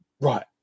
right